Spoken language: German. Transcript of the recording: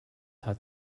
hat